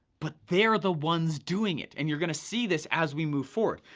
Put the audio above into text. but they're the ones doing it. and you're gonna see this as we move forward.